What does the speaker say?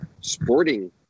sporting